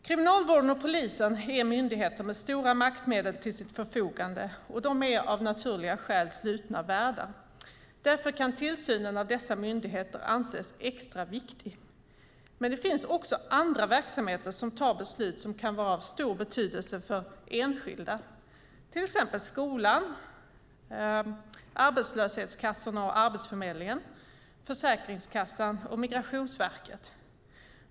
Kriminalvården och polisen är myndigheter med stora maktmedel till sitt förfogande, och de är av naturliga skäl slutna världar. Därför kan tillsynen av dessa myndigheter anses extra viktig. Det finns också andra verksamheter som tar beslut som kan vara av stor betydelse för enskilda, till exempel skolan, arbetslöshetskassorna, Arbetsförmedlingen, Försäkringskassan och Migrationsverket.